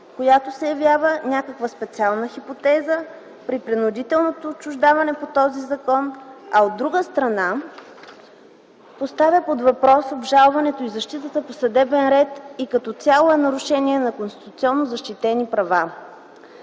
което се явява някаква специална хипотеза при принудително отчуждаване по този закон, а това, от друга страна, поставя под въпрос обжалването и защитата по съдебен ред и като цяло е нарушение на конституционно защитени права.